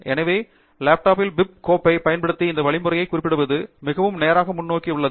எனவே லேப்டாப் பிப் கோப்பைப் பயன்படுத்தி இந்த வழிமுறையை குறிப்பிடுவது மிகவும் நேராக முன்னோக்கி உள்ளது